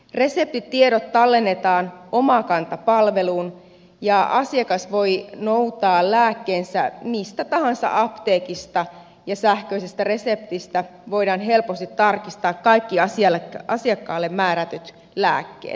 reseptitiedot tallennetaan omakanta palveluun ja asiakas voi noutaa lääkkeensä mistä tahansa apteekista ja sähköisestä reseptistä voidaan helposti tarkistaa kaikki asiakkaalle määrätyt lääkkeet